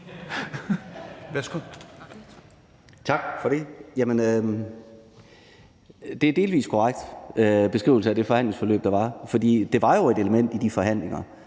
Værsgo.